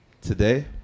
Today